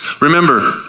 Remember